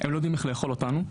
הם לא יודעים איך ״לאכול״ אותנו.